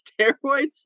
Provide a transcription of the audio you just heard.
steroids